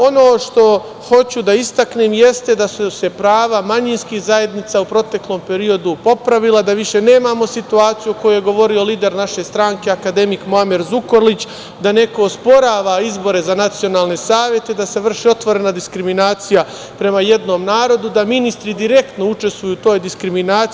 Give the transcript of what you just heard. Ono što hoću da istaknem, jeste da su se prava manjinskih zajednica u proteklom periodu popravila, da više nemamo situaciju o kojoj je govorio lider naše stranke, akademik Muamer Zukorlić, da neko osporava izbore za nacionalne savete, da se vrši otvorena diskriminacija prema jednom narodu, da ministri direktno učestvuju u toj diskriminaciji.